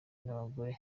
n’abagore